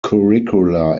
curricular